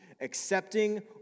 accepting